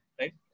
Right